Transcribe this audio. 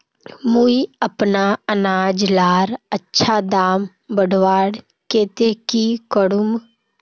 मुई अपना अनाज लार अच्छा दाम बढ़वार केते की करूम?